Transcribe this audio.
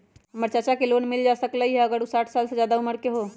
हमर चाचा के लोन मिल जा सकलई ह अगर उ साठ साल से जादे उमर के हों?